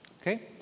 Okay